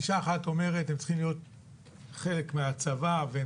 גישה אחת אומרת שהם צריכים להיות חלק מהצבא והם